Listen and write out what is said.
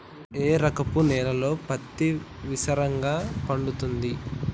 ఏ రకపు నేలల్లో పత్తి విస్తారంగా పండుతది?